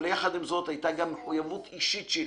אבל יחד עם זאת הייתה גם מחויבות אישית שלי